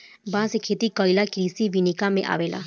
बांस के खेती कइल कृषि विनिका में अवेला